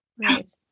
Right